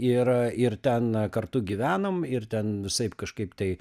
ir ir ten kartu gyvenom ir ten visaip kažkaip tai